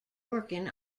working